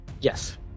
Yes